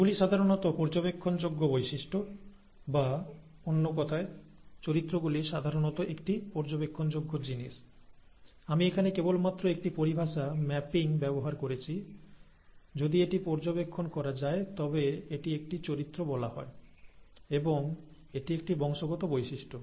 এগুলি সাধারণত পর্যবেক্ষণযোগ্য বৈশিষ্ট্য বা অন্য কথায় চরিত্রগুলি সাধারণত একটি পর্যবেক্ষণযোগ্য জিনিস আমি এখানে কেবলমাত্র একটি পরিভাষা ম্যাপিং ব্যবহার করছি যদি এটি পর্যবেক্ষণ করা যায় তবে এটি একটি চরিত্র বলা হয় এবং এটি একটি বংশগত বৈশিষ্ট্য